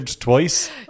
twice